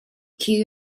queue